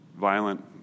violent